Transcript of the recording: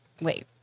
wait